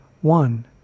One